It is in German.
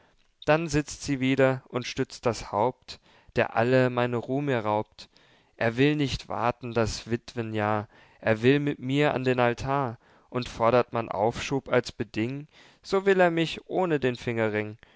dann sitzt sie wieder und stützt das haupt der alle meine ruh mir raubt er will nicht warten das wittwenjahr er will mit mir an den altar und fordert man aufschub als beding so will er mich ohne den fingerring